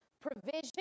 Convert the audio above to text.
provision